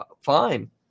Fine